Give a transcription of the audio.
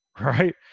Right